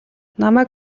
намайг